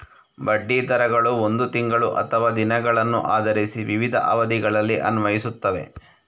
ಬಡ್ಡಿ ದರಗಳು ಒಂದು ತಿಂಗಳು ಅಥವಾ ದಿನಗಳನ್ನು ಆಧರಿಸಿ ವಿವಿಧ ಅವಧಿಗಳಲ್ಲಿ ಅನ್ವಯಿಸುತ್ತವೆ